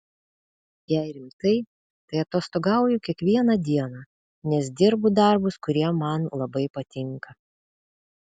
jei rimtai tai atostogauju kiekvieną dieną nes dirbu darbus kurie man labai patinka